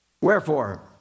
Wherefore